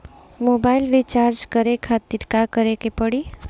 Mobile recharge करे खातिर का करे के पड़ी?